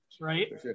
right